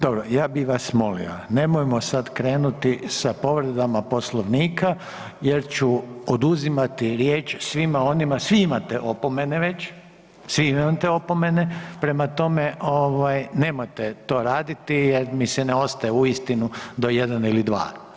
Dobro, ja bih vas molio nemojmo sada krenuti sa povredama Poslovnika jer ću oduzimati riječ svima onima, svi imate opomene već, svi imate opomene prema tome nemojte to raditi jer mi se ne ostaje uistinu do jedan ili dva.